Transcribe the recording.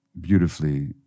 beautifully